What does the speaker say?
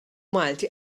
malti